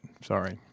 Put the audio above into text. Sorry